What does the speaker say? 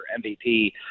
MVP